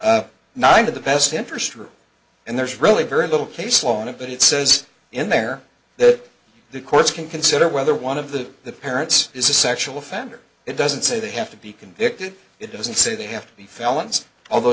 rate and there's really very little case law on it but it says in there that the courts can consider whether one of the the parents is a sexual offender it doesn't say they have to be convicted it doesn't say they have to be felons although